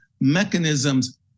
mechanisms